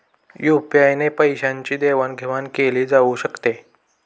UPI ने पैशांची देवाणघेवाण केली जाऊ शकते